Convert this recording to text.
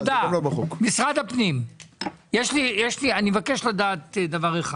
משרד הפנים, אני מבקש לדעת דבר אחד: